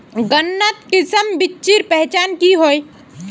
गन्नात किसम बिच्चिर पहचान की होय?